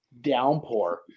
downpour